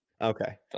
Okay